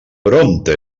prompte